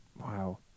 wow